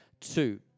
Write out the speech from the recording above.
two